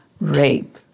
rape